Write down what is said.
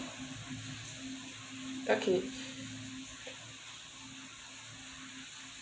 okay